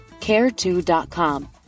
care2.com